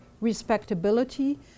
respectability